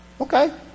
okay